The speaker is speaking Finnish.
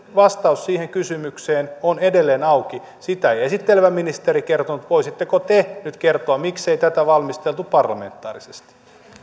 vastaus siihen kysymykseen on edelleen auki sitä ei esittelevä ministeri kertonut voisitteko te nyt kertoa miksei tätä valmisteltu parlamentaarisesti